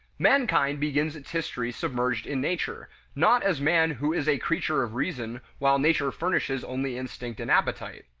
mankind begins its history submerged in nature not as man who is a creature of reason, while nature furnishes only instinct and appetite.